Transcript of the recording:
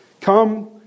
Come